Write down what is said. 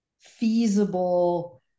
feasible